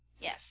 Yes